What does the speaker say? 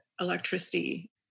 electricity